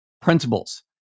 principles